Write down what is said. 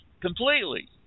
completely